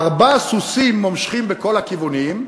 ארבעה סוסים מושכים בכל הכיוונים,